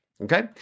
Okay